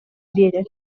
биэрэр